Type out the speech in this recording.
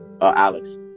Alex